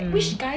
mm